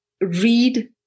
read